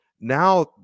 now